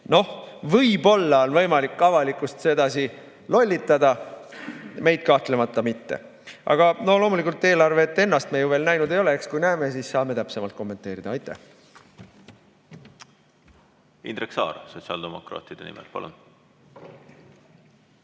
Noh, võib-olla on võimalik avalikkust sedasi lollitada, meid kahtlemata mitte. Aga loomulikult eelarvet ennast me ju veel näinud ei ole. Eks siis, kui näeme, saame täpsemalt kommenteerida. Aitäh! Indrek Saar sotsiaaldemokraatide nimel,